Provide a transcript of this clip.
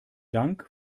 dank